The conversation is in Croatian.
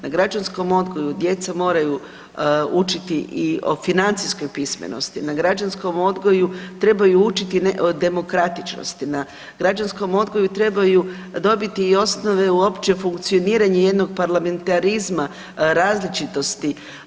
Na građanskom odgoju djeca moraju učiti i o financijskoj pismenosti, na građanskom odgoju trebaju učiti o demokratičnosti, na građanskom odgoju trebaju dobiti i osnove uopće funkcioniranja jednog parlamentarizma različitosti.